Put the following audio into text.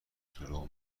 دروغ